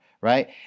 right